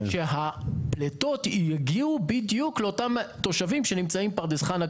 שהפליטות יגיעו בדיוק לאותם תושבים שנמצאים בפרדס חנה,